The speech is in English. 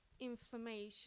inflammation